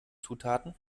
zutaten